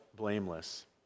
blameless